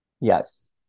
yes